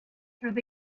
through